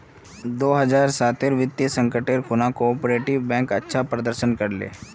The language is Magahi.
दो हज़ार साटेर वित्तीय संकटेर खुणा कोआपरेटिव बैंक अच्छा प्रदर्शन कर ले